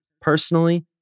personally